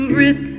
rip